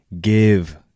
give